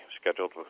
scheduled